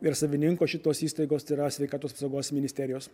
ir savininko šitos įstaigos tai yra sveikatos apsaugos ministerijos